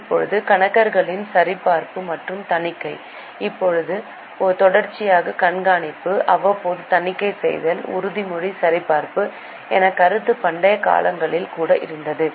இப்போது கணக்குகளின் சரிபார்ப்பு மற்றும் தணிக்கை இப்போது தொடர்ச்சியான கண்காணிப்பு அவ்வப்போது தணிக்கை செய்தல் உறுதிமொழி சரிபார்ப்பு என்ற கருத்து பண்டைய காலங்களில் கூட இருந்தது